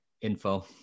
info